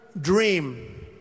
dream